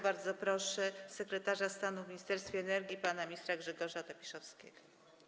Bardzo proszę sekretarza stanu w Ministerstwie Energii pana ministra Grzegorza Tobiszowskiego.